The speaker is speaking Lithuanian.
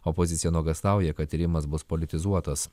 opozicija nuogąstauja kad tyrimas bus politizuotas